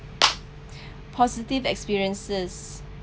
positive experiences